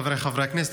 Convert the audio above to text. חבריי חברי הכנסת,